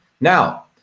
Now